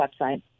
website